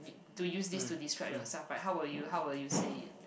to use this to describe yourself right how will you how will you say it